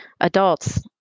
adults